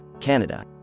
Canada